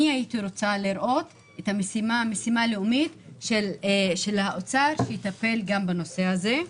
אני הייתי רוצה לראות משימה לאומית של האוצר שיטפל גם בנושא הזה,